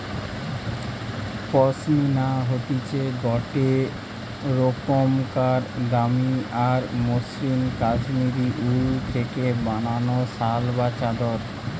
পশমিনা হতিছে গটে রোকমকার দামি আর মসৃন কাশ্মীরি উল থেকে বানানো শাল বা চাদর